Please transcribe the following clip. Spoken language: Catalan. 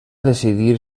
decidir